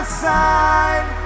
side